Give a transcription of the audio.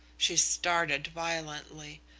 she started violently.